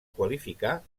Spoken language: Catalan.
qualificar